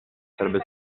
sarebbe